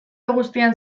guztian